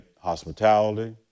Hospitality